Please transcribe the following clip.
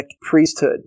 priesthood